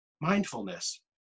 mindfulness